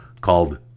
called